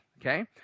Okay